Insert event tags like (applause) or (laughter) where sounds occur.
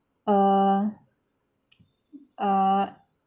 err (noise) err